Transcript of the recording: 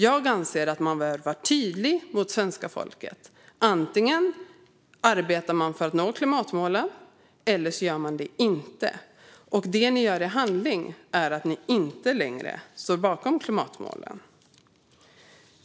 Jag anser att man behöver vara tydlig mot svenska folket: Antingen arbetar man för att nå klimatmålen eller så gör man det inte. Det ni gör i handling visar att ni inte längre står bakom klimatmålen.